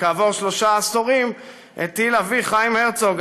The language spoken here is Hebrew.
כעבור שלושה עשורים הטיל עליו אבי, חיים הרצוג,